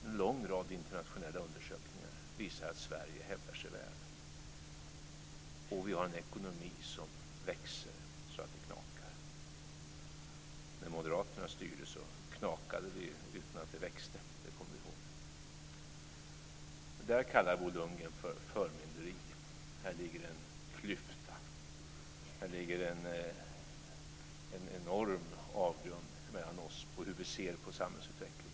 En lång rad internationella undersökningar visar att Sverige hävdar sig väl, och vi har en ekonomi som växer så att det knakar. När moderaterna styrde knakade det utan att det växte. Det kommer vi ihåg. Det här kallar Bo Lundgren för förmynderi. Här ligger en klyfta. Här ligger en enorm avgrund mellan oss när det gäller hur vi ser på samhällsutvecklingen.